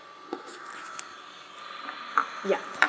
yup